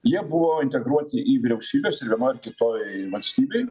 jie buvo integruoti į vyriausybes vienoj ar kitoj valstybėj